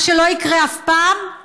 מה שלא יקרה אף פעם,